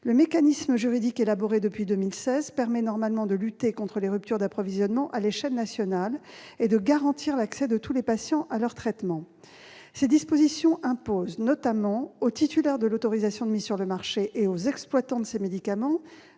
Le mécanisme juridique élaboré, depuis 2016, permet normalement de lutter contre les ruptures d'approvisionnement à l'échelle nationale et de garantir l'accès de tous les patients à leur traitement. Ces dispositions imposent notamment aux titulaires d'autorisation de mise sur le marché et aux exploitants des médicaments